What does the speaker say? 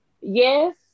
Yes